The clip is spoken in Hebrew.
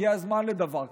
הגיע הזמן לדבר כזה,